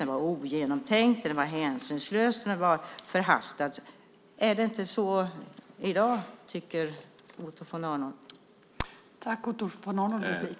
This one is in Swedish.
Den var ogenomtänkt, hänsynslös och förhastad. Tycker inte Otto von Arnold att det är så i dag?